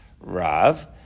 Rav